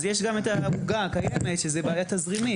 אז יש גם את העוגה הקיימת שזו בעיה תזרימית.